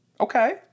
okay